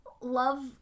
love